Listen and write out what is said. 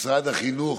משרד החינוך,